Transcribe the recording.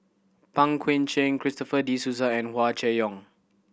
Pang Guek Cheng Christopher De Souza and Hua Chai Yong